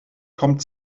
kommt